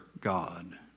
God